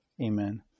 Amen